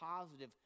positive